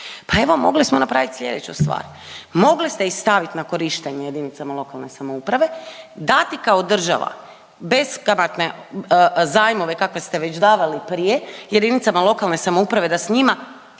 Pa evo mogli smo napraviti sljedeću stvar mogli ste ih stavit na korištenje jedinicama lokalne samouprave, dati kao država beskamatne zajmove kakve ste već davali prije jedinicama lokalne samouprave da sa njima,